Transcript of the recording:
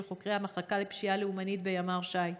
חוקרי המחלקה לפשיעה לאומנית בימ"ר ש"י.